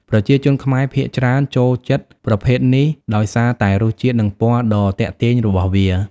ប្រជាជនខ្មែរភាគច្រើនចូលចិត្តប្រភេទនេះដោយសារតែរសជាតិ និងពណ៌ដ៏ទាក់ទាញរបស់វា។